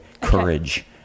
courage